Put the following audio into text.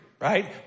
right